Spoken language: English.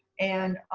and